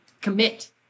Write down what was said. commit